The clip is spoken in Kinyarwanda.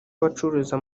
abacururiza